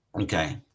Okay